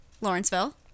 Lawrenceville